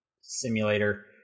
simulator